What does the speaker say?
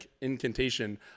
incantation